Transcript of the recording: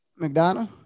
McDonough